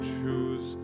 choose